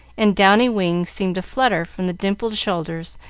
and downy wings seemed to flutter from the dimpled shoulders,